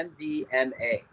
MDMA